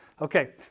Okay